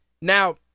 now